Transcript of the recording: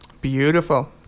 Beautiful